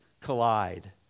collide